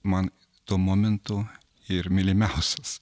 man tuo momentu ir mylimiausias